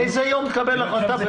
באיזה יום תקבל החלטה?